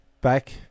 back